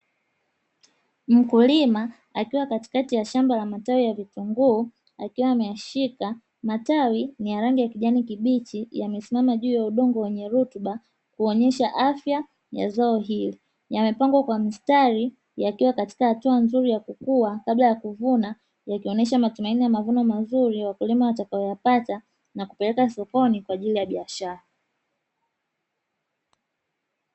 Mkulima akiwa katikati ya shamba la matawi ya vitunguu akiwa ameyashika, matawi ni ya rangi ya kijani kibichi yamesimama juu ya udongo wenye rutuba kuonyesha afya ya zao hili, yamepangwa kwa mstari yakiwa katika hatua nzuri ya kukua kabla ya kuvuna, yakionyesha matumaini ya mavuno mazuri ya wakulima watakayoyapata na kupeleka sokoni kwa ajili ya biashara.